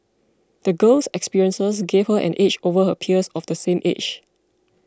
the girl's experiences gave her an edge over her peers of the same age